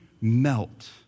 melt